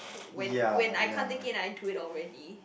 when when I can't take in I need to eat already